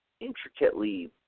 intricately